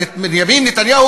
בנימין נתניהו,